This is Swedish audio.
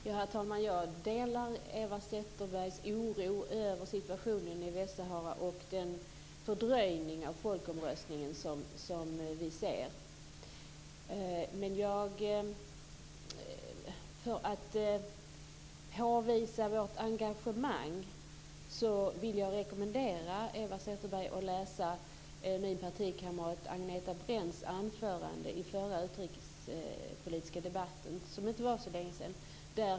Herr talman! Jag delar Eva Zetterbergs oro över situationen i Västsahara och den fördröjning av folkomröstningen som vi ser. För att påvisa vårt engagemang vill jag rekommendera Eva Zetterberg att läsa min partikamrat Agneta Brendts anförande i förra utrikespolitiska debatten, som var för inte så länge sedan.